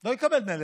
לא יקבל דמי לידה,